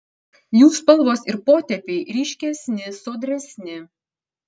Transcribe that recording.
jų spalvos ir potėpiai ryškesni sodresni